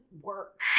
work